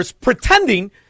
pretending